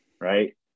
right